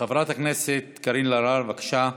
חברת הכנסת קארין אלהרר, בבקשה.